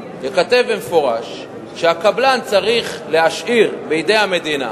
ייכתב במפורש שהקבלן צריך להשאיר בידי המדינה